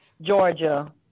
Georgia